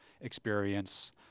experience